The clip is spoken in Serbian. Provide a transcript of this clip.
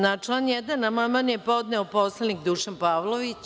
Na član 1. amandman je podneo poslanik Dušan Pavlović.